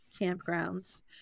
campgrounds